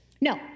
No